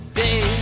day